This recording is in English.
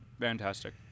fantastic